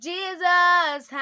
Jesus